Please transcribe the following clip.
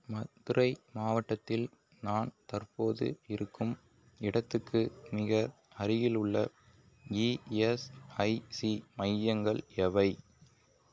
மதுரை மாவட்டத்தில் நான் தற்போது இருக்கும் இடத்துக்கு மிக அருகிலுள்ள இஎஸ்ஐசி மையங்கள் எவை